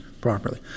properly